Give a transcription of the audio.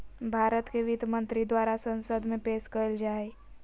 भारत के वित्त मंत्री द्वारा संसद में पेश कइल जा हइ